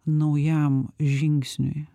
naujam žingsniui